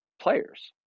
players